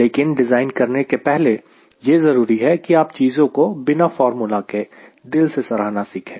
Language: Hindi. लेकिन डिज़ाइन करने के पहले यह जरूरी है कि आप चीजों को बिना फॉर्मूला के दिल से सराहना सीखें